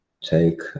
Take